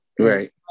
Right